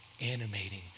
animating